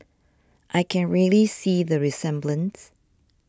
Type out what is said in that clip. I can really see the resemblance